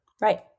Right